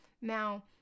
Now